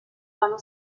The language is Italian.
vano